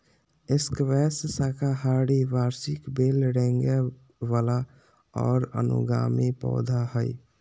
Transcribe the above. squash साकाहारी वार्षिक बेल रेंगय वला और अनुगामी पौधा हइ